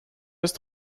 ist